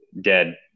dead